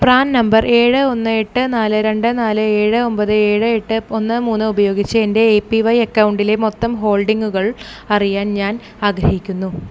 PRAN number ഏഴ് ഒന്ന് എട്ട് നാല് രണ്ട് നാല് ഏഴ് ഒമ്പത് ഏഴ് എട്ട് ഒന്ന് മൂന്ന് ഉപയോഗിച്ച് എൻ്റെ എ പി വൈ അക്കൗണ്ടിലെ മൊത്തം ഹോൾഡിംഗുകൾ അറിയാൻ ഞാൻ ആഗ്രഹിക്കുന്നു